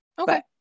okay